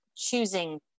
choosing